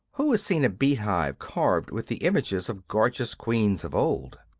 who has seen a bee-hive carved with the images of gorgeous queens of old?